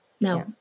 no